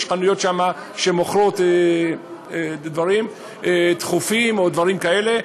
יש שם חנויות שמוכרות דברים דחופים או דברים כאלה,